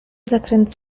zakręt